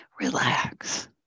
relax